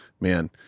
man